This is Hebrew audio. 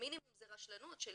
במינימום זו רשלנות של